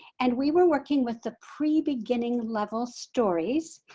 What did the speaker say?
and we were working with the pre-beginning level stories.